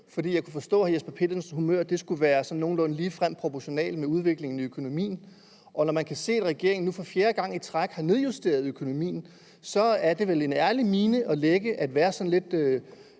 For jeg kan forstå, at hr. Jesper Petersens humør skulle være sådan nogenlunde ligefrem proportionalt med udviklingen i økonomien, og når man kan se, at regeringen nu for fjerde gang i træk har nedjusteret økonomien, er det vel en ærlig mine at lægge at være sådan lidt